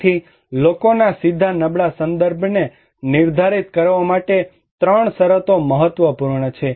તેથી લોકોના સીધા નબળા સંદર્ભને નિર્ધારિત કરવા માટે 3 શરતો મહત્વપૂર્ણ છે